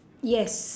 yes